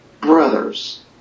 brothers